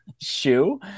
shoe